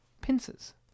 Pincers